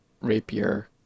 rapier